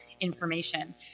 information